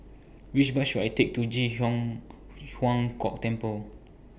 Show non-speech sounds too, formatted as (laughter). Which Bus should I Take to Ji (unintelligible) Huang Kok Temple